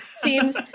seems